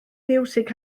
fiwsig